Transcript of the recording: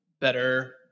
better